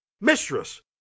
mistress